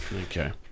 Okay